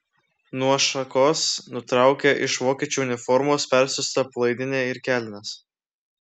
nuo šakos nutraukia iš vokiečių uniformos persiūtą palaidinę ir kelnes